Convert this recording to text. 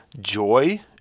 joy